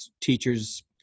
teachers